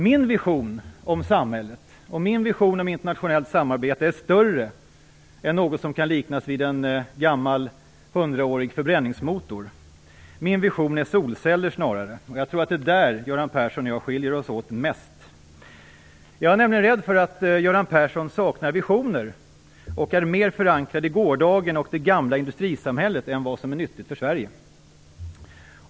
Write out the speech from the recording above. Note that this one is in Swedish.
Min vision om samhället och min vision om internationellt samarbete är större än något som kan liknas vid en gammal hundraårig förbränningsmotor. Min vision är snarare solceller. Jag tror att det är där Göran Persson och jag skiljer oss mest åt. Jag är nämligen rädd för att Göran Persson saknar visioner och är mer förankrad i gårdagen och det gamla industrisamhället än vad som är nyttigt för Sverige.